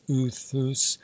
uthus